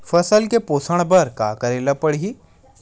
फसल के पोषण बर का करेला पढ़ही?